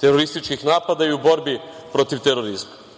terorističkih napada i u borbi protiv terorizma. Ono